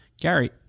Gary